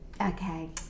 Okay